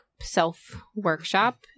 self-workshop